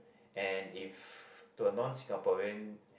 and if to a non Singaporean